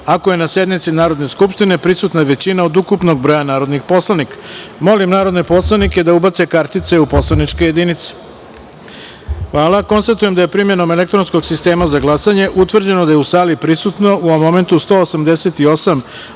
ako je na sednici Narodne skupštine prisutna većina od ukupnog broja narodnih poslanika. Molim narodne poslanike da ubace kartice u poslaničke jedinice. Konstatujem da je primenom elektronskog sistema za glasanje utvrđeno da je u sali prisutno u ovom momentu 188